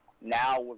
Now